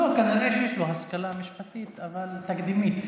לא, כנראה שיש לו השכלה משפטית, אבל תקדימית.